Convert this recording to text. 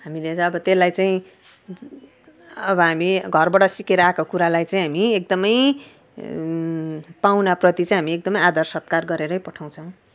हामीले चाहिँ अब त्यसलाई चाहिँ अब हामी घरबाट सिकेर आएको कुरालाई चाहिँ हामी एकदम पाहुनाप्रति चाहिँ हामी एकदम आदर सत्कार गरेर पठाउँछौँ